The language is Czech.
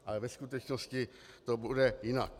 Ale ve skutečnosti to bude jinak.